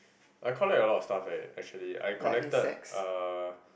I collect a lot of stuff eh actually I collected uh